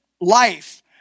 life